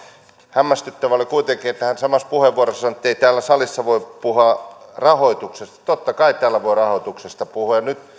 hämmästyttävää oli kuitenkin kun hän samassa puheenvuorossa sanoi että ei täällä salissa voi puhua rahoituksesta totta kai täällä voi rahoituksesta puhua ja nyt